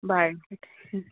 bye